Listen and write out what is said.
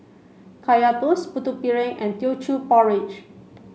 Kaya Toast Putu Piring and Teochew Porridge